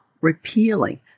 repealing